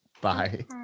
Bye